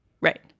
Right